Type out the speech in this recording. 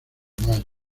mayo